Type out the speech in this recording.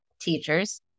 teachers